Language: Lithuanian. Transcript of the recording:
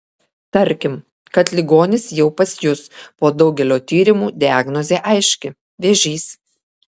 tarkim kad ligonis jau pas jus po daugelio tyrimų diagnozė aiški vėžys